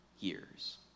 years